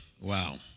wow